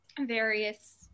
various